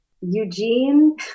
eugene